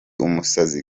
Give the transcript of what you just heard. umusazi